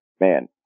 man